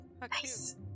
Nice